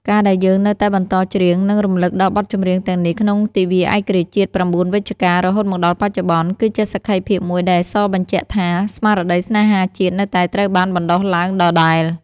ការដែលយើងនៅតែបន្តច្រៀង និងរំលឹកដល់បទចម្រៀងទាំងនេះក្នុងទិវាឯករាជ្យជាតិ ៩ វិច្ឆិកា រហូតមកដល់បច្ចុប្បន្ន គឺជាសក្ខីភាពមួយដែលសបញ្ជាក់ថា ស្មារតីស្នេហាជាតិនៅតែត្រូវបានបណ្តុះឡើងដដែល។